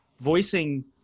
voicing